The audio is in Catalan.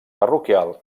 parroquial